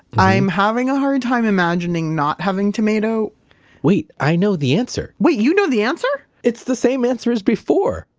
i'm having a hard time imagining not having tomato wait. i know the answer wait, you know the answer? it's the same answer as before,